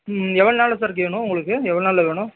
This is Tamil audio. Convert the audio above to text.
ம் எவ்வளோ நாளில் சார் கேட்ணும் உங்களுக்கு எவ்வளோ நாளில் வேணும்